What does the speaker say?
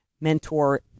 mentor